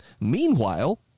Meanwhile